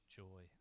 joy